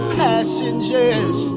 passengers